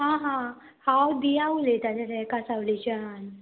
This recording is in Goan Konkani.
आं हा हांव दिया उलयतालें रे कासावलेच्यान